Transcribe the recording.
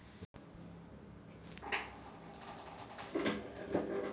गुप्ता जी च वय पंचवीस वर्ष आहे, त्यांनी कालच अटल पेन्शन योजनेसाठी अप्लाय केलं